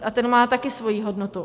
A ten má také svoji hodnotu.